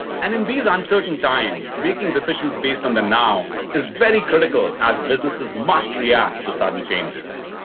and in these uncertain times, making decisions based on the now is very critical as businesses must react to sudden changes.